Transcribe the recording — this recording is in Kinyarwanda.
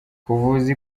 kuvuza